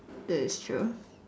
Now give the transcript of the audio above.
that is true